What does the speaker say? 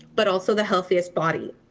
but also the healthiest body.